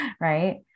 right